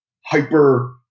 hyper